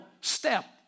step